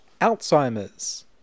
Alzheimer's